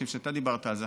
אני חושב שאתה דיברת על זה,